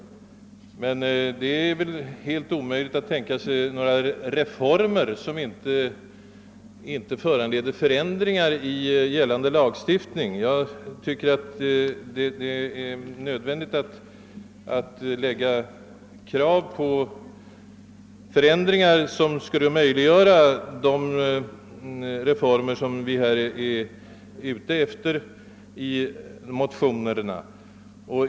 Men det är väl i allmänhet omöjligt att tänka sig några egentliga reformer på något område som inte måste föranleda en eller annan ändring i gällande lagstiftning. Det är nödvändigt, tycker jag, att då kräva de förändringar som kan möjliggöra de reformer vi är ute efter i motionerna.